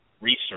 research